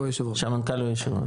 שהמנכ"ל הוא יושב ראש,